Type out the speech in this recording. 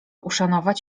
uszanować